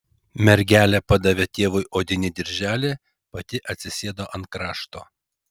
mergelė padavė tėvui odinį dirželį pati atsisėdo ant krašto